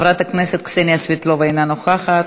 חברת הכנסת קסניה סבטלובה, אינה נוכחת,